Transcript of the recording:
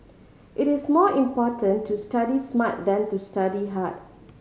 it is more important to study smart than to study hard